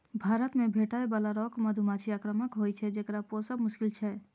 भारत मे भेटै बला रॉक मधुमाछी आक्रामक होइ छै, जेकरा पोसब मोश्किल छै